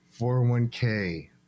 401k